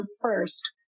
first